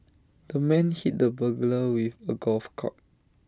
the man hit the burglar with A golf club